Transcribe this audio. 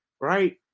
right